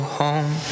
home